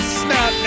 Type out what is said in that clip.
snap